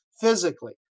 physically